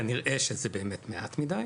כנראה שזה באמת מעט מידי,